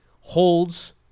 holds